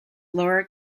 laura